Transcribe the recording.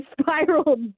spiraled